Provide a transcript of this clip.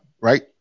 Right